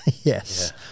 Yes